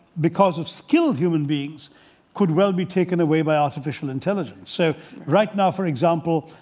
because of skilled human beings could well be taken away by artificial intelligence. so right now, for example,